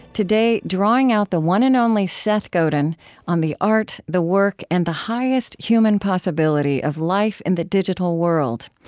today drawing out the one and only seth godin on the art, the work, and the highest human possibility of life in the digital world.